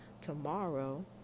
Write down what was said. tomorrow